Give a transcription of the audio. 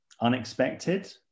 unexpected